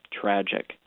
tragic